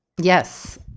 Yes